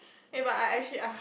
eh but I actually ah